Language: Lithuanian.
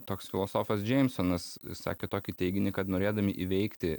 toks filosofas džeimsonas sakė tokį teiginį kad norėdami įveikti